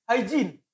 Hygiene